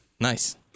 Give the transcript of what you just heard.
Nice